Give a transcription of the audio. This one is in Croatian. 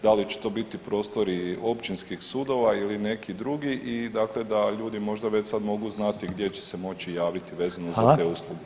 Da li će to biti prostori općinskih sudova ili neki drugi i dakle, da ljudi možda već sad mogu znati gdje će se moći javiti vezano za te usluge.